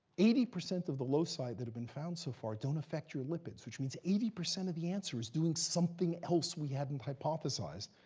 eighty percent of the loci that have been found so far don't affect your lipids, which means eighty percent of the answer is doing something else we hadn't hypothesized.